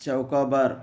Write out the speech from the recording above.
चौकाबार्